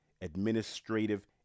administrative